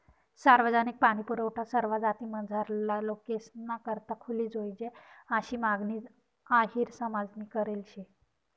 सार्वजनिक पाणीपुरवठा सरवा जातीमझारला लोकेसना करता खुली जोयजे आशी मागणी अहिर समाजनी करेल शे